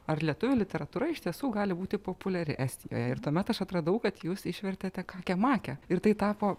ar lietuvių literatūra iš tiesų gali būti populiari estijoje ir tuomet aš atradau kad jūs išvertėte kakę makę ir tai tapo